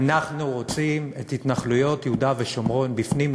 אנחנו רוצים את התנחלויות יהודה ושומרון בפנים,